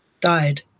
died